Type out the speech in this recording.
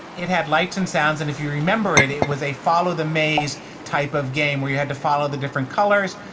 it had lights and sounds and if you remember it, it was a follow the maze type of game where you had to follow the different colors.